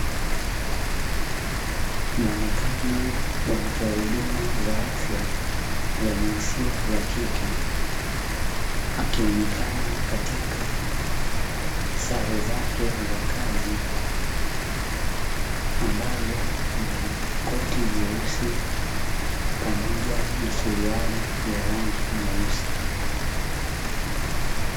Muonekano wa mtoa huduma za afya wa jinsia ya kike akionekana katika sare zake za kazi, ambazo ni koti nyeusi pamoja na suruale ya rangi nyeusi."